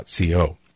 .co